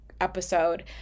episode